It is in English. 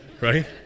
Right